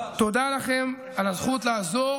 תודה לכם על הזכות לעזור